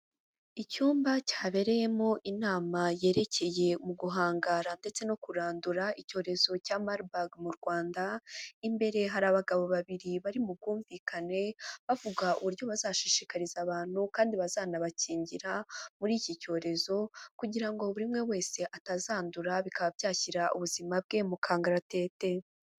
Icyumba cyabereyemo inama yerekeye mu guhangara ndetse no kurandura icyorezo cya maribaga mu Rwanda, imbere hari abagabo babiri bari mu bwumvikane, bavuga uburyo bazashishikariza abantu kandi bazanabakingira muri iki cyorezo kugira ngo buri umwe wese atazandura, bikaba byashyira ubuzima bwe mu kangaratete.